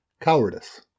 Cowardice